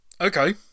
Okay